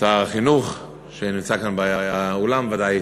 שר החינוך שנמצא כאן באולם, ודאי